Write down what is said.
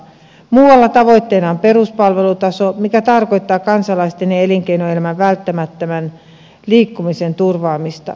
muualla tavoitteena on peruspalvelutaso mikä tarkoittaa kansalaisten ja elinkeinoelämän välttämättömän liikkumisen turvaamista